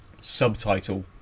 subtitle